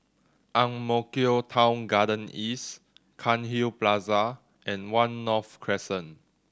Ang Mo Kio Town Garden East Cairnhill Plaza and One North Crescent